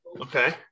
Okay